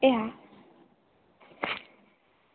એ હા